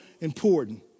important